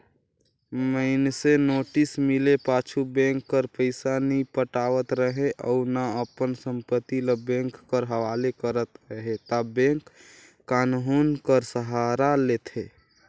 मइनसे नोटिस मिले पाछू बेंक कर पइसा नी पटावत रहें अउ ना अपन संपत्ति ल बेंक कर हवाले करत अहे ता बेंक कान्हून कर सहारा लेथे